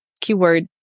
keyword